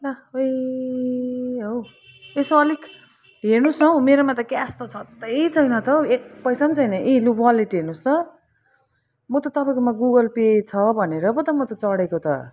ला होइ हौ यसो अलिक हेर्नुहोस् न हो मेरोमा त क्यास त छँदै छैन त हो एक पैसाम छैन यी लु वलेट हेर्नुहोस् त म त तपाईँकोमा गुगल पे छ भनेर पो म त चढेको त